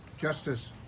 Justice